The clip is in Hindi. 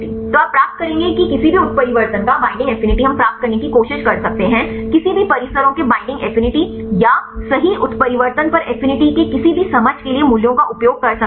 तो आप प्राप्त करेंगे कि किसी भी उत्परिवर्तन का बईंडिंग एफिनिटी हम प्राप्त करने की कोशिश कर सकते हैं किसी भी परिसरों के बईंडिंग एफिनिटी या सही उत्परिवर्तन पर एफिनिटी के किसी भी समझ के लिए मूल्यों का उपयोग कर सकते हैं